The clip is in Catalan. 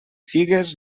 figues